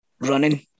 running